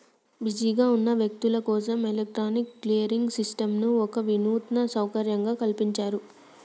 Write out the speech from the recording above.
బిజీగా ఉన్న వ్యక్తులు కోసం ఎలక్ట్రానిక్ క్లియరింగ్ సిస్టంను ఒక వినూత్న సౌకర్యంగా కల్పించారు